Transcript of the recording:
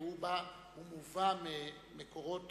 כי הוא מובא ממקורות